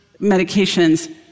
medications